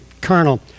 colonel